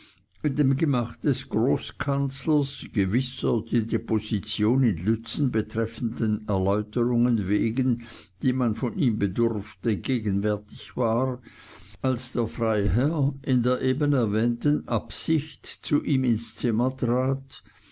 in dem gemach des großkanzlers gewisser die deposition in lützen betreffenden erläuterungen wegen die man von ihm bedurfte gegenwärtig war als der freiherr in der eben erwähnten absicht zu ihm ins zimmer trat